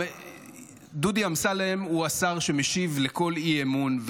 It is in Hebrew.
דודי אמסלם הוא השר שמשיב לכל אי-אמון,